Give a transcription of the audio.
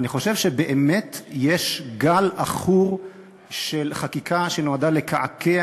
אני חושב שבאמת יש גל עכור של חקיקה שנועדה לקעקע